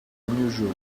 unusual